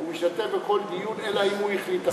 הוא משתתף בכל דיון אלא אם הוא החליט אחרת.